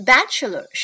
Bachelor